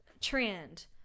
trend